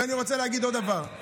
ואני רוצה להגיד עוד דבר,